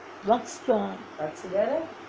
Lux தான்:thaan